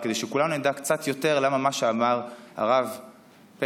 כדי שכולנו נדע קצת יותר למה מה שאמר הרב פרץ,